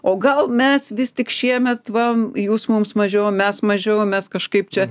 o gal mes vis tik šiemet va jūs mums mažiau mes mažiau mes kažkaip čia